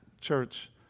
church